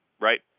right